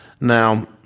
Now